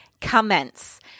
commence